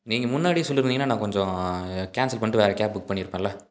நீங்கள் முன்னாடியே சொல்லியிருந்தீங்கன்னா நான் கொஞ்சம் கேன்சல் பண்ணிட்டு வேறு கேப் புக் பண்ணியிருப்பேன்ல